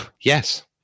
Yes